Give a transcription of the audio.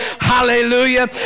hallelujah